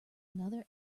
another